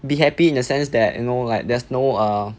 be happy in the sense that you know like there's no err